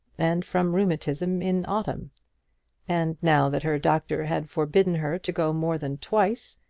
and from rheumatism in autumn and now that her doctor had forbidden her to go more than twice,